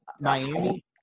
Miami